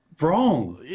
Wrong